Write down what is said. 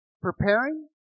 Preparing